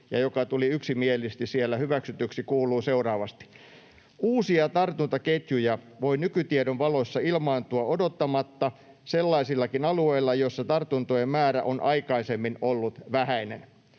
ja joka tuli yksimielisesti siellä hyväksytyksi, kuuluu seuraavasti: ”Uusia tartuntaketjuja voi nykytiedon valossa ilmaantua odottamatta sellaisillakin alueilla, joissa tartuntojen määrä on aikaisemmin ollut vähäinen.”